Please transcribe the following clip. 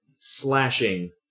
slashing